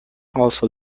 also